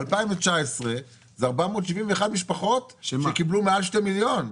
ב-2019 זה 471 משפחות שקיבלו מעל שני מיליון.